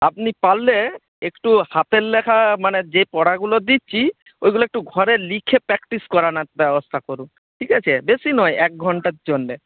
আপনি পারলে একটু হাতের লেখা মানে যে পড়াগুলো দিচ্ছি ওইগুলো একটু ঘরে লিখে প্র্যাক্টিস করানোর ব্যবস্থা করুন ঠিক আছে বেশি নয় এক ঘণ্টার জন্যে